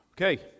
Okay